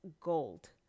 gold